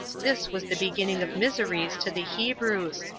this was the beginning of miseries to the hebrews,